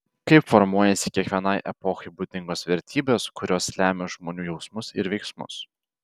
kaip formuojasi kiekvienai epochai būdingos vertybės kurios lemia žmonių jausmus ir veiksmus